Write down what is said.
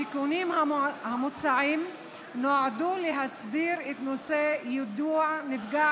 התיקונים המוצעים נועדו להסדיר את נושא יידוע נפגע